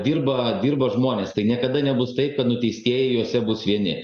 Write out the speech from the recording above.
dirba dirba žmonės tai niekada nebus taip kad nuteistieji jose bus vieni